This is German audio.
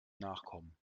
nachkommen